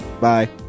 bye